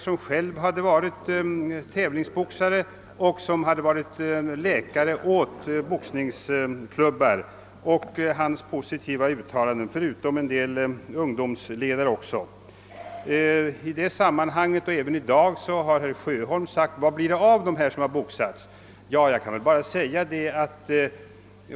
Han hade själv varit tävlingsboxare och läkare åt boxningsklubbar. Dessutom nämnde jag vissa ungdomsledares positiva uttalanden. I detta sammanhang, liksom även i dag, har herr Sjöholm frågat vad det blir av dem som boxat.